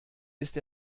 ist